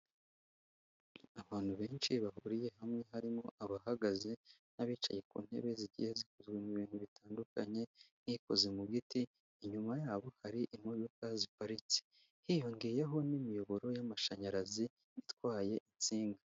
Abantu benshi bahuye hamwe harimo abahagaze n'abicaye ku ntebe zigiye zikozwe mu bintu bitandukanye yikoze mu giti inyuma yabo hari imodoka ziparitse hiyongeyeho n'imiyoboro y'amashanyarazi itwaye insinga.